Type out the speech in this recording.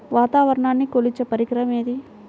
వాతావరణాన్ని కొలిచే పరికరం ఏది?